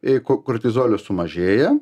jeigu kortizolio sumažėja